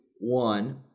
One